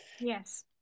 Yes